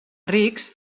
rics